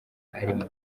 arimo